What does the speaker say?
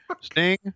Sting